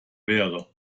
wäre